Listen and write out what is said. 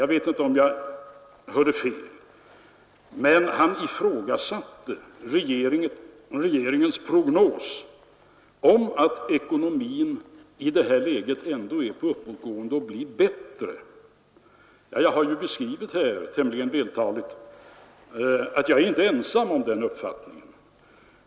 Jag vet inte om jag hörde fel, men han ifrågasatte regeringens prognos att ekonomin är på uppgående och kommer att bli bättre. Jag har beskrivit här — tämligen vältaligt — att jag inte är ensam om den uppfattningen.